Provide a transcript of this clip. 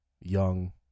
young